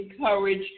encourage